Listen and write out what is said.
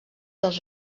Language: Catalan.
del